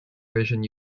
vision